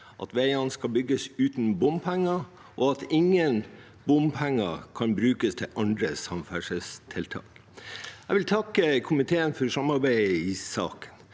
at veiene skal bygges uten bompenger, og at ingen bompenger kan brukes til andre samferdselstiltak. Jeg vil takke komiteen for samarbeidet i saken.